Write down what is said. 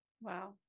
Wow